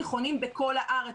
תיכונים בכל הארץ.